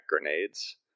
grenades